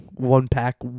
one-pack